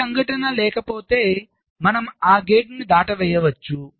ఏ సంఘటన లేకపోతే మనం ఆ గేటును దాటవేయవచ్చు